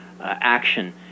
action